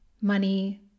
money